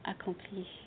accompli